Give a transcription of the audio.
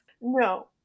no